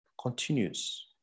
continues